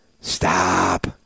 Stop